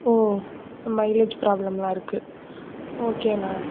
ஓ mileage ப்ராப்லம்லாம் இருக்குது ஓகேண்ணா